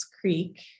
Creek